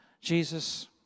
Jesus